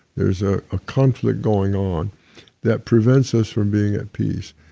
there's a a conflict going on that prevents us from being at peace.